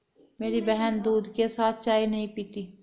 मेरी बहन दूध के साथ चाय नहीं पीती